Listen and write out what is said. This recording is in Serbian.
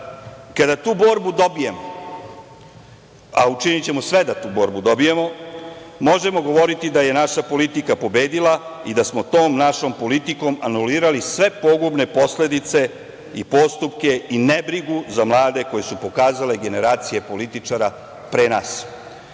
tu borbu dobijemo, a učinićemo sve da tu borbu dobijemo, možemo govoriti da je naša politika pobedila i da smo tom našom politikom anulirali sve pogubne posledice i postupke, i nebrigu za mlade, koju su pokazale generacije političara pre nas.